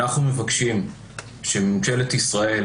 אנחנו מבקשים שממשלת ישראל